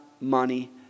money